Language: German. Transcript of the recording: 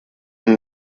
und